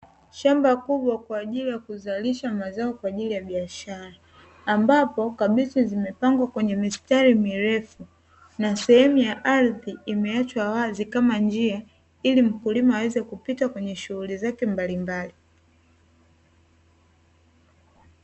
Shamba kubwa kwa ajili ya kuzalisha mazao kwa ajili ya biashara, ambapo kabichi zimepangwa kwenye mistari mirefu na sehemu ya ardhi imeachwa wazi kama njia, ili mkulima aweze kupita kwenye shughuli zake mbalimbali.